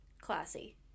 Classy